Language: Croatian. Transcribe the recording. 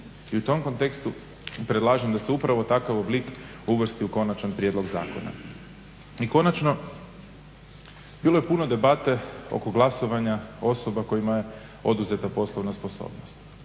i u tom kontekstu predlažem da se upravo takav oblik uvrsti u konačan prijedloga zakona. I konačno bilo je puno debate oko glasovanja osoba kojima je oduzeta poslovna sposobnost.